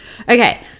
Okay